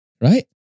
right